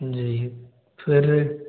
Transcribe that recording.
जी फिर